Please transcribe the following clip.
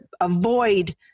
avoid